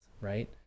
right